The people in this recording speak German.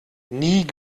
nie